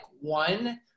one